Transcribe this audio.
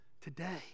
Today